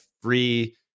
free